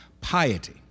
piety